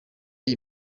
iyi